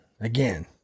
again